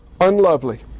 unlovely